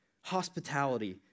Hospitality